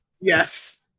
Yes